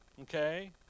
Okay